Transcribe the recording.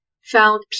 found